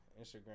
Instagram